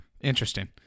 Interesting